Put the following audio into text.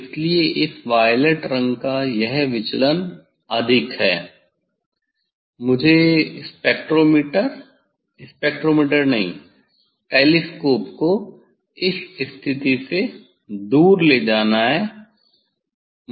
इसीलिए इस वायलेट रंग का यह विचलन अधिक है मुझे स्पेक्ट्रोमीटर स्पेक्ट्रोमीटर नहीं टेलीस्कोप को इस स्थिति से दूर ले जाना है